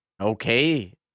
okay